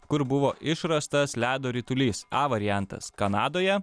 kur buvo išrastas ledo ritulys a variantas kanadoje